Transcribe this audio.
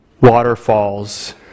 waterfalls